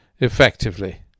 effectively